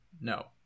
no